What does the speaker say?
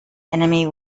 enemy